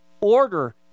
order